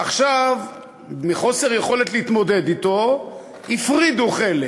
עכשיו, מחוסר יכולת להתמודד אתו הפרידו חלק,